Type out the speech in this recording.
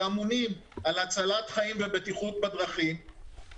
שאמונים על הצלת חיים ובטיחות בדרכים,